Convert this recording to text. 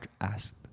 asked